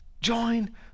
Join